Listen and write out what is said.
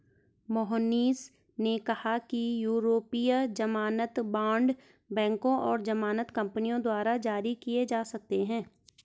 मोहनीश ने कहा कि यूरोपीय ज़मानत बॉण्ड बैंकों और ज़मानत कंपनियों द्वारा जारी किए जा सकते हैं